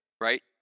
right